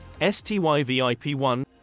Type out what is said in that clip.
STYVIP1